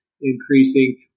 increasing